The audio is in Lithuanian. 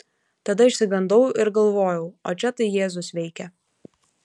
tada išsigandau ir galvojau o čia tai jėzus veikia